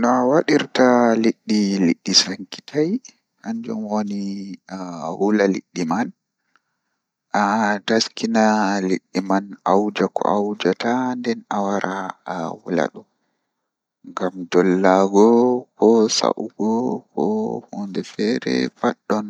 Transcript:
Fajjira tomi fini haa leso am mi ummi mi lalliti hunduko am mi yiiwi mi wari mi hasiti to mi hasiti mi dilla babal kuugan tomi warti be kikide mi yiiwa tomi